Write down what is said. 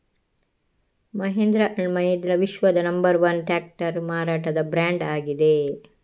Mahindra and Mahindra ವಿಶ್ವದ number one tractor ಮಾರಾಟದ brand ಆಗಿದೆ